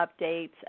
updates